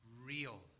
real